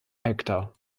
hektar